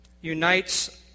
unites